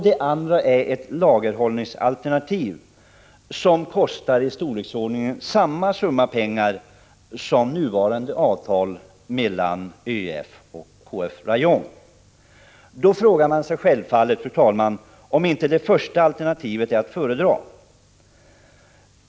Det andra är ett lagerhållningsalternativ, som kostar i storleksordningen samma summa pengar som nuvarande avtal mellan ÖEF och Svenska Rayon. Då frågar man sig självfallet, fru talman, om inte det första alternativet är att föredra.